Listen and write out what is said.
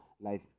life